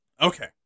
Okay